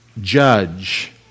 judge